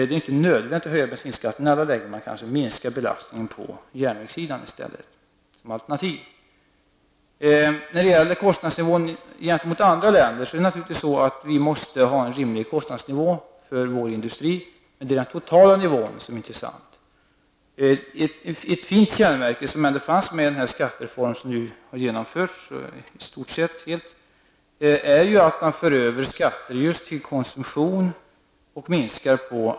Det är inte nödvändigt att höja bensinskatten, när man alternativt kanske minskar belastningen på järnvägen i stället. Naturligtvis måste vi ha en rimlig kostnadsnivå för vår industri i förhållande till andra länder. Men det är den totala nivån som är intressant. En fin tanke som ändå fanns med i den skattereform som nu har genomförts i stort sett i sin helhet, är att man sänker skatten på arbete och för över den till konsumtion.